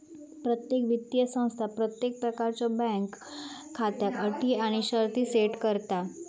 प्रत्येक वित्तीय संस्था प्रत्येक प्रकारच्यो बँक खात्याक अटी आणि शर्ती सेट करता